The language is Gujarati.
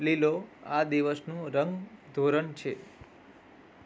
લીલો આ દિવસનું રંગ ધોરણ છે